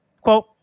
quote